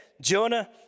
Jonah